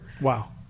Wow